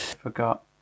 Forgot